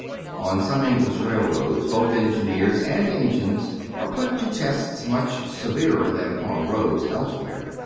on some english railroads both engineers and engines are put to tests much severer than upon roads elsewhere.